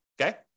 okay